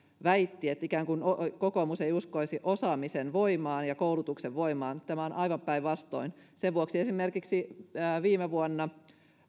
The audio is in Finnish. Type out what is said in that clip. väitti että ikään kuin kokoomus ei uskoisi osaamisen voimaan ja koulutuksen voimaan tämä on aivan päinvastoin sen vuoksi esimerkiksi viime vuonna